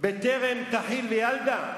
"בטרם תחיל ילדה"